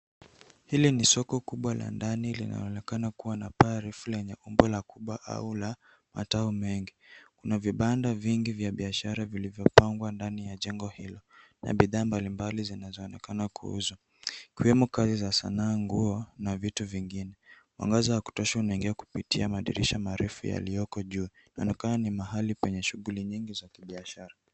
Hili ni soko kubwa la ndani linaloonekana kuwa na paa refu lenye umbo la kupaa au la matawi mengi, kuna vibanda vingi vya biashara vilivyopangwa ndani ya jengo hilo, na bidhaa mbalimbali zinazoonekana kuuzwa, ikiwemo kazi za sanaa, nguo na vitu vingine. Mwangaza wa kutosha unaingia kupitia madirisha marefu yaliyoko juu. Inaonekana ni mahali penye shughuli nyingi za kibiashara.